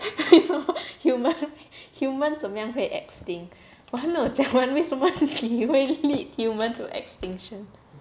为什么 human human 怎么样会 extinct 我还没有讲完为什么你会 lead human to extinction